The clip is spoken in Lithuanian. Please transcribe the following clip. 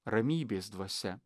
ramybės dvasia